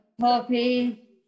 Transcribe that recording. Poppy